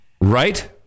Right